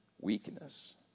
weakness